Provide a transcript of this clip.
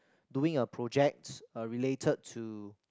doing a project uh related to